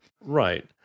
Right